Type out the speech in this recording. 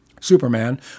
Superman